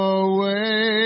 away